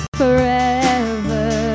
forever